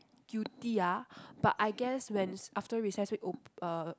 guilty ah but I guess when after recess week op~ uh